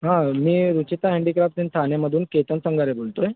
हां मी Ruchita handicraft in ठाणेमधून केतन संगारे बोलतो आहे